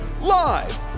live